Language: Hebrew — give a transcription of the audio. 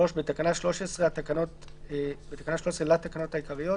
תיקון תקנה 13 3. בתקנה 13 התקנות העיקריות,